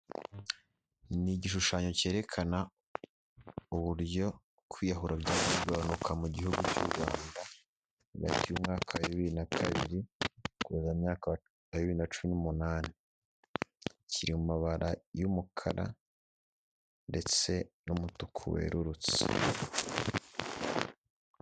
Ni igishushanyo cyerekana uburyo kwiyahura bigenda kugabanuka mu gihugu cy'u Rwanda, mbere y'umwaka bibiri na kabiri, kugeza mu mwaka wa bibiri na cumi n'umunani, kiri mu mabara y'umukara ndetse n'umutuku werurutse.